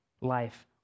life